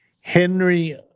Henry